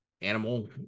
animal